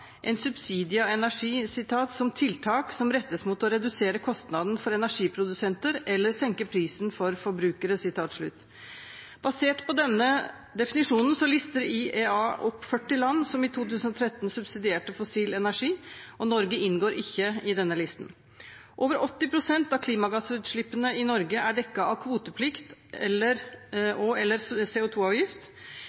en subsidie av energi «som tiltak som rettes mot å redusere kostnaden for energiprodusenter eller senker prisen for forbrukere» – jf. Finansdepartementets brev. Basert på denne definisjonen lister IEA opp 40 land som i 2013 subsidierte fossil energi. Norge inngår ikke i denne listen. Over 80 pst. av klimagassutslippene i Norge er dekket av kvoteplikt